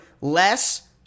less